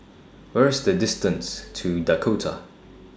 Where IS The distance to Dakota